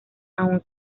aún